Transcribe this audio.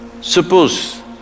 suppose